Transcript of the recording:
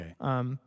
Okay